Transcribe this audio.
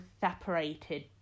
separated